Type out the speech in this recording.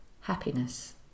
happiness